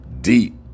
deep